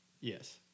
Yes